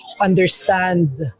understand